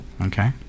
Okay